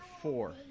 four